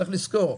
צריך לזכור,